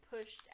pushed